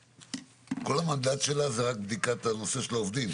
כל המנדט שלה זה רק בדיקת הנושא של העובדים.